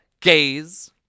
gaze